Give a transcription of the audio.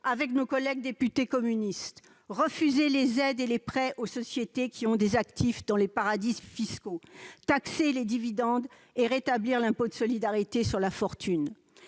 avec nos collègues députés communistes : refuser les aides et les prêts aux sociétés qui ont des actifs dans les paradis fiscaux, taxer les dividendes et rétablir l'impôt de solidarité sur la fortune.